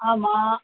ஆமாம்